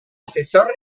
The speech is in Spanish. asesor